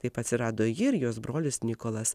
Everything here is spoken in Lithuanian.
taip atsirado ji ir jos brolis nikolas